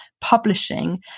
publishing